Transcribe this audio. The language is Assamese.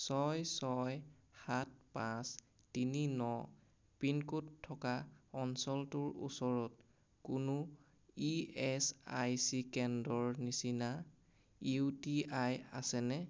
ছয় ছয় সাত পাঁচ তিনি ন পিনক'ড থকা অঞ্চলটোৰ ওচৰত কোনো ই এছ আই চি কেন্দ্ৰৰ নিচিনা ইউ টি আই আছেনে